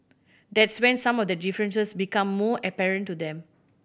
that's when some of the differences become more apparent to them